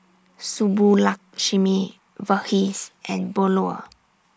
Subbulakshmi Verghese and Bellur